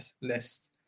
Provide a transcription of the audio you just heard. list